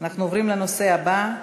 אנחנו עוברים לנושא הבא: